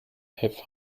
have